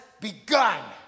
begun